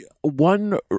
One